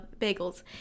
bagels